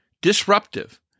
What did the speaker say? disruptive